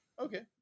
okay